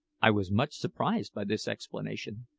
i was much surprised by this explanation,